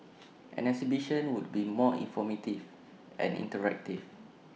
an exhibition would be more informative and interactive